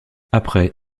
après